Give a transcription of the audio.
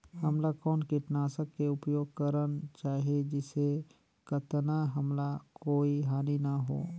हमला कौन किटनाशक के उपयोग करन चाही जिसे कतना हमला कोई हानि न हो?